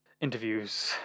interviews